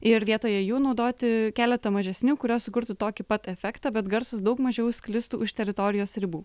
ir vietoje jų naudoti keletą mažesnių kurios sukurtų tokį pat efektą bet garsas daug mažiau sklistų už teritorijos ribų